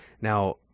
Now